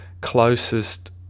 closest